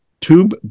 tube